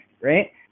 right